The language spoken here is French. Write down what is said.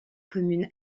commune